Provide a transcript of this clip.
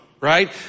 right